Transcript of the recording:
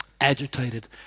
agitated